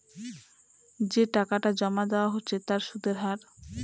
যে টাকাটা জমা দেওয়া হচ্ছে তার সুদের হার